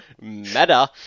Meta